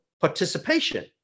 participation